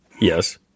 Yes